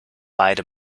beide